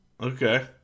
Okay